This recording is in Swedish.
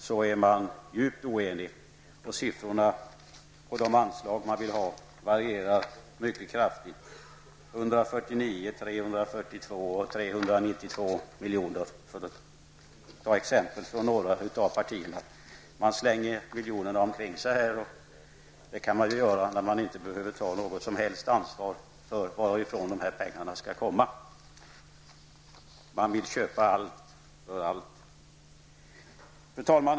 Summan av de anslag man vill ha varierar mycket kraftigt -- 149, 342 och 392 miljoner för att ta exempel från några av partierna. Man slänger miljonerna omkring sig, vilket man kan göra när man inte behöver ta något som helst ansvar för varifrån pengarna skall komma. Man vill köpa allt för allt! Fru talman!